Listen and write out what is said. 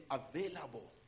available